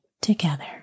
together